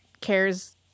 cares